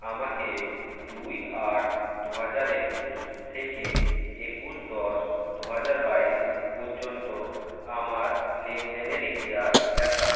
আমাকে দুই আট দু হাজার একুশ থেকে একুশ দশ দু হাজার বাইশ পর্যন্ত আমার লেনদেনের ইতিহাস দেখান